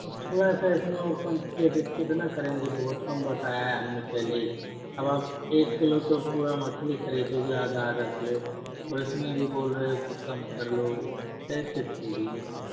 थोड़ा सा इसमें और कम कैसे कितना करेंगे बहुत कम बताया हैं हम ने पहले ही अब आप एक किलो तो पूरा मछली ख़रीदोगे आधा आधा किलो और इसमें भी बोल रहे हो कि कम कर लो ऐसे थोड़ी है